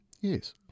Yes